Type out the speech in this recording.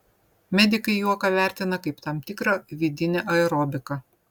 medikai juoką vertina kaip tam tikrą vidinę aerobiką